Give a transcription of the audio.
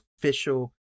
official